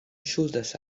ŝuldas